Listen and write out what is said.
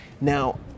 Now